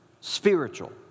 spiritual